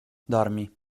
dormi